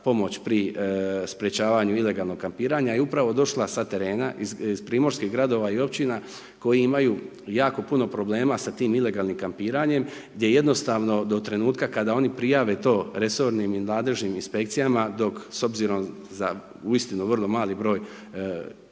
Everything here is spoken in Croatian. pri sprječavanju ilegalnog kampiranja je upravo došla sa terena iz primorskih gradova i općina koji imaju jako puno problema sa tim ilegalnim kampiranjem, gdje jednostavno do trenutka kada oni prijave to resornim ili nadležnim inspekcijama, dok s obzirom za uistinu vrlo mali broj